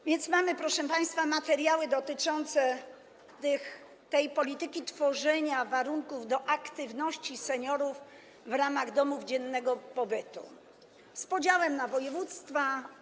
A więc mamy, proszę państwa, materiały dotyczące polityki tworzenia warunków do aktywności seniorów w ramach domów dziennego pobytu z podziałem na województwa.